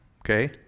Okay